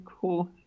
cool